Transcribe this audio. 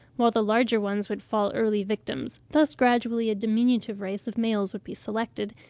while the larger ones would fall early victims thus gradually a diminutive race of males would be selected,